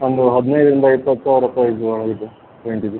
ಒಂದು ಹದಿನೈದರಿಂದ ಇಪ್ಪತ್ತು ಸಾವಿರ ರೂಪಾಯಿದು ಇದು ರೇಂಜಿದು